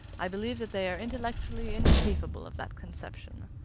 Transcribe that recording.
i believe that they are intellectually incapable of that conception.